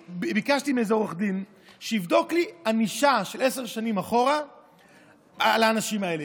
ביקשתי מאיזה עורך דין שיבדוק לי ענישה של עשר שנים אחורה לאנשים האלה,